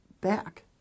back